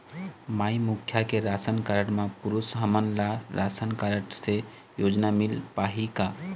माई मुखिया के ration card म पुरुष हमन ला राशन कारड से योजना मिल पाही का?